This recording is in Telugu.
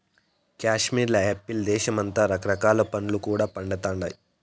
కాశ్మీర్ల యాపిల్ దేశమంతటా రకరకాల పండ్లు కూడా పండతండాయి